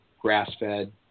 grass-fed